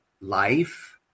life